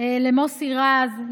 למוסי רז,